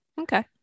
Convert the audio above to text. Okay